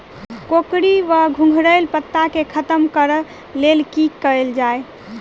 कोकरी वा घुंघरैल पत्ता केँ खत्म कऽर लेल की कैल जाय?